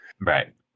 Right